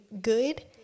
good